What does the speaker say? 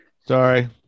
Sorry